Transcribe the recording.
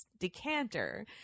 decanter